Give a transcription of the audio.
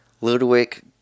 Ludwig